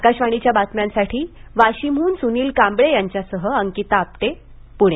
आकाशवाणीच्या बातम्यासाठी वाशिमहुन सुनील कांबळे यांच्यासह अंकिता आपटे पुणे